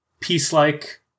peace-like